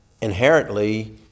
inherently